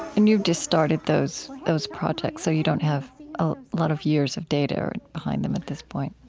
and you've just started those those projects, so you don't have a lot of years of data behind them at this point?